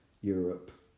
Europe